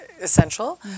essential